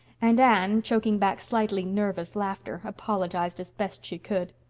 and anne, choking back slightly nervous laughter, apologized as best she could.